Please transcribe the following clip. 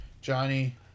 Johnny